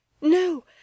No